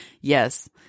Yes